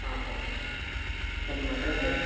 ಹಾಂ sir sir ನಿಮ್ಮ address